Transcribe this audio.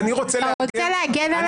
אתה רוצה להגן על